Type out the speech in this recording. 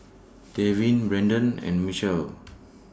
Tevin Braedon and Michel